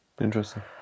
Interesting